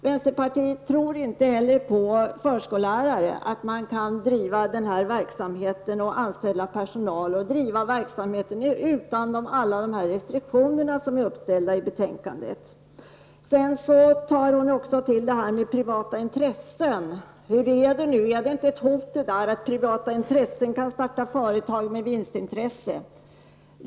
Vänsterpartiet tror inte heller på att förskollärare kan anställa personal och bedriva verksamheten utan alla de restriktioner som är uppställda i betänkandet. Sedan tog Berith Eriksson också till argumenteringen om privata intressen: Hur är det nu -- är det inte ett hot att privata intressenter kan starta företag med vinstintresse?